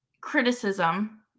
criticism